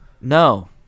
No